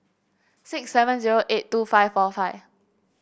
six seven zero eight two five four five